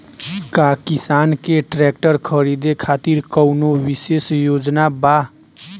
का किसान के ट्रैक्टर खरीदें खातिर कउनों विशेष योजना बा?